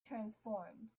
transformed